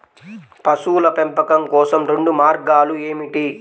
పశువుల పెంపకం కోసం రెండు మార్గాలు ఏమిటీ?